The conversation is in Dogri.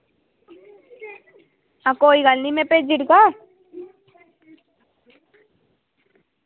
आं कतोई गल्ल निं में भेजी ओड़गा